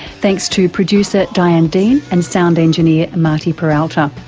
thanks to producer diane dean and sound engineer marty peralta.